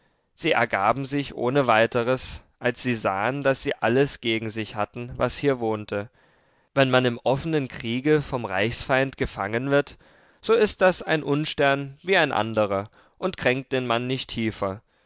sie ergaben sich ohne weiteres als sie sahen daß sie alles gegen sich hatten was hier wohnte wenn man im offenen kriege vom reichsfeind gefangen wird so ist das ein unstern wie ein anderer und kränkt den mann nicht tiefer